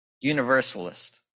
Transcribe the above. Universalist